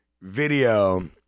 video